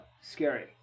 Scary